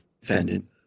defendant